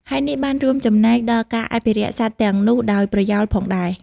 ហើយនេះបានរួមចំណែកដល់ការអភិរក្សសត្វទាំងនោះដោយប្រយោលផងដែរ។